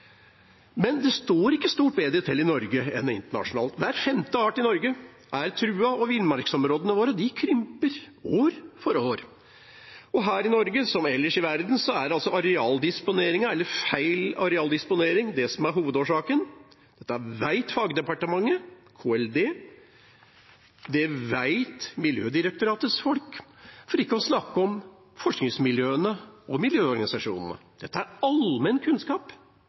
Men det står ikke stort bedre til i Norge enn det gjør internasjonalt. Hver femte art i Norge er trua, og villmarksområdene våre krymper – år for år. Her i Norge, som ellers i verden, er det altså arealdisponeringen, eller feil arealdisponering, som er hovedårsaken. Det vet fagdepartementet, KLD, det vet Miljødirektoratets folk, for ikke å snakke om forskningsmiljøene og miljøorganisasjonene. Dette er allmenn kunnskap.